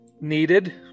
Needed